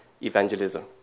evangelism